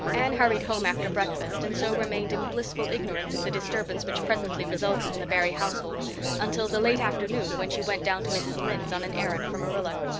anne hurried home after breakfast and so remained in blissful ignorance of the disturbance which presently resulted in the barry household until the late afternoon, when she went down to mrs. lynde's on an errand for marilla.